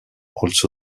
also